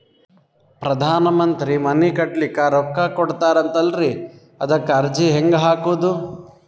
ಪ್ರಧಾನ ಮಂತ್ರಿ ಮನಿ ಕಟ್ಲಿಕ ರೊಕ್ಕ ಕೊಟತಾರಂತಲ್ರಿ, ಅದಕ ಅರ್ಜಿ ಹೆಂಗ ಹಾಕದು?